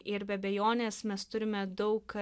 ir be abejonės mes turime daug